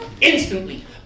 Instantly